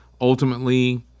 Ultimately